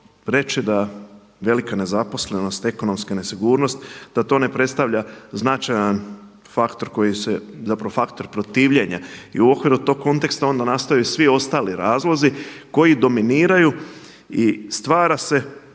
reći da velika nezaposlenost, ekonomska nesigurnost da to ne predstavlja značajan faktor koji se, zapravo faktor protivljenja i u okviru tog konteksta onda nastaju si ostali razlozi koji dominiraju i stvaraju se